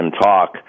talk